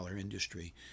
industry